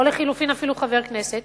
או לחלופין אפילו חבר כנסת,